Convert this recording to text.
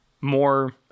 more